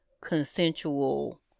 consensual